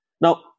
Now